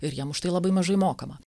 ir jiem už tai labai mažai mokama